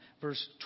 verse